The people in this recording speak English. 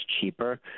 cheaper